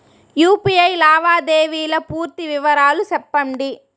UPI లావాదేవీల పూర్తి వివరాలు సెప్పండి?